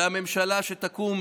הממשלה שתקום,